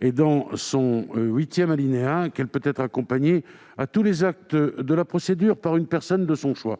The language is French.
et dans son huitième alinéa, qu'elle peut être accompagnée à tous les actes de la procédure par une personne de son choix.